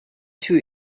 too